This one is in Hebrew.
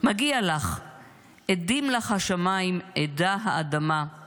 / מגיע לך / עדים לך השמיים, עדה האדמה /